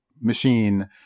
machine